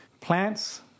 Plants